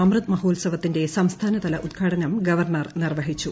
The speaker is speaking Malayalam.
അമൃത് മഹോത്സവത്തിന്റെ സംസ്ഥാനതല ഉദ്ഘാടനം ഗവർണർ നിർവ്വഹിച്ചു